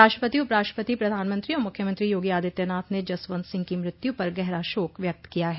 राष्ट्रपति उपराष्ट्रपति प्रधानमंत्री और मुख्यमंत्री योगी आदित्यनाथ ने जसवंत सिंह की मृत्यु पर गहरा शोक व्यक्त किया है